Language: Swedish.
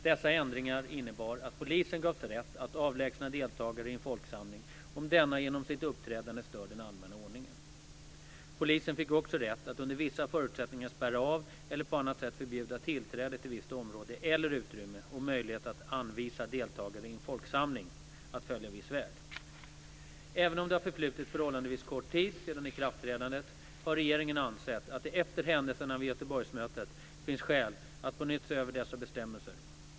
Dessa ändringar innebar att polisen gavs rätt att avlägsna deltagare i en folksamling om denna genom sitt uppträdande stör den allmänna ordningen. Polisen fick också rätt att under vissa förutsättningar spärra av eller på annat sätt förbjuda tillträde till visst område eller utrymme och möjlighet att anvisa deltagare i en folksamling att följa viss väg. Även om det har förflutit förhållandevis kort tid sedan ikraftträdandet, har regeringen ansett att det efter händelserna vid Göteborgsmötet finns skäl att på nytt se över dessa bestämmelser.